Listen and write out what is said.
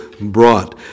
brought